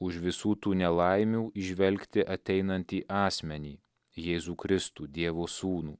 už visų tų nelaimių įžvelgti ateinantį asmenį jėzų kristų dievo sūnų